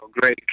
great